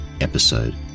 episode